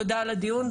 תודה על הדיון,